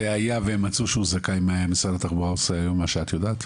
והיה ומצאו שהוא זכאי מה משרד התחבורה עושה היום את יודעת?